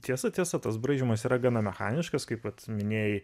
tiesa tiesa tas braižymas yra gana mechaniškas kaip vat minėjai